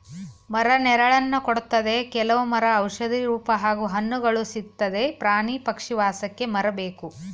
ಮರ ನೆರಳನ್ನ ಕೊಡ್ತದೆ ಕೆಲವ್ ಮರ ಔಷಧಿ ರೂಪ ಹಾಗೂ ಹಣ್ಣುಗಳು ಸಿಕ್ತದೆ ಪ್ರಾಣಿ ಪಕ್ಷಿ ವಾಸಕ್ಕೆ ಮರ ಬೇಕು